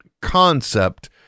concept –